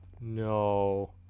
No